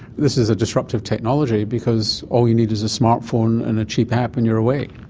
this is a disruptive technology because all you need is a smart phone and a cheap app and you're away.